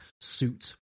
suit